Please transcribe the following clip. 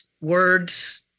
words